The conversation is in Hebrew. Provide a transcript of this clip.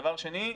דבר שני,